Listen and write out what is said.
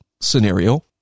scenario